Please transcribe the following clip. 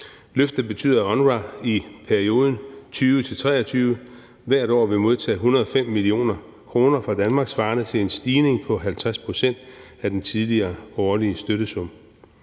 Løftet betyder, at UNRWA i perioden 2020-2023 hvert år vil modtage 105 mio. kr. fra Danmark svarende til en stigning på 50 pct. af den tidligere årlige støttesum.